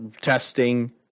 testing